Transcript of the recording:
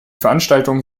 veranstaltungen